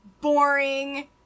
boring